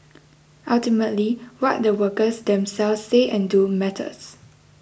ultimately what the workers themselves say and do matters